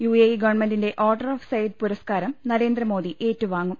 UAE ഗ്വൺമെന്റിന്റെ order of Zayed പുരസ്കാരം ന്രേന്ദ്രമോദി ഏറ്റുവാങ്ങും